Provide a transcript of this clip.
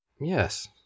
Yes